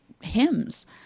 hymns